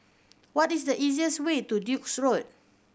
what is the easiest way to Duke's Road